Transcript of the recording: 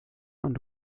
und